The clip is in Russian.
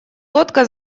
лодка